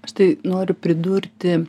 aš tai noriu pridurti